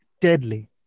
deadly